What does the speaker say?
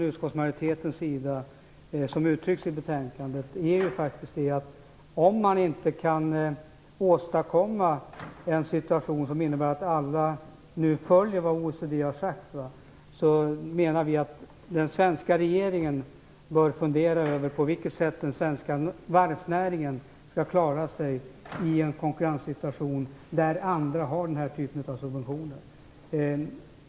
Utskottsmajoritetens inställning som uttrycks i betänkandet är ju att om man inte kan åstadkomma en situation som innebär att alla följer det som OECD har sagt, bör den svenska regeringen fundera över på vilket sätt som den svenska varvsnäringen skall klara sig i en konkurrenssituation där andra länder har den här typen av subventioner.